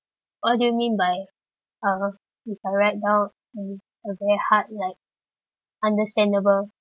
what do you mean by uh if I write down uh a very hard like understandable